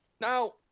Now